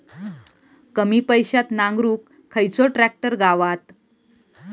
कमी पैशात नांगरुक खयचो ट्रॅक्टर गावात?